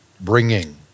bringing